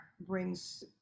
brings